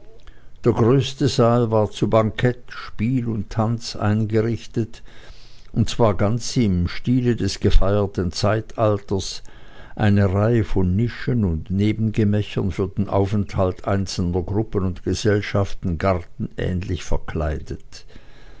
der größte saal war zu bankett spiel und tanz eingerichtet und zwar ganz im stile des gefeierten zeitalters eine reihe von nischen und nebengemächern für den aufenthalt einzelner gruppen und gesellschaften gartenähnlich verkleidet